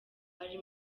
ari